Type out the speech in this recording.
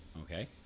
Okay